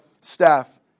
staff